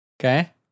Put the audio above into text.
Okay